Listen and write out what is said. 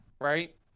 right